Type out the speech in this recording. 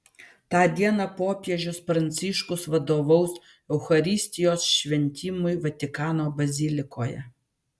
tą dieną popiežius pranciškus vadovaus eucharistijos šventimui vatikano bazilikoje